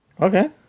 Okay